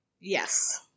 Yes